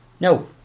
No